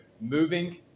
moving